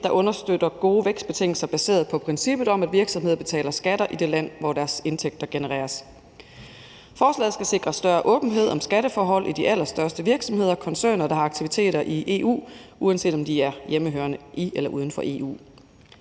der understøtter gode vækstbetingelser baseret på princippet om, at virksomheder betaler skatter i det land, hvor deres indtægter genereres. Forslaget skal sikre større åbenhed om skatteforhold i de allerstørste virksomheder og koncerner, der har aktiviteter i EU, uanset om de er hjemmehørende i eller uden for EU.